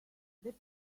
that